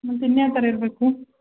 ಮತ್ತು ಇನ್ನ ಯಾವ ಥರ ಇರಬೇಕು